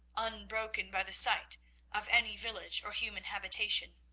unbroken by the sight of any village or human habitation.